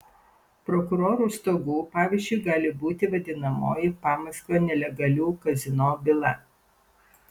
prokurorų stogų pavyzdžiu gali būti vadinamoji pamaskvio nelegalių kazino byla